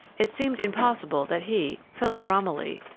it seemed impossible that he, philip romilly,